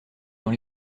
dans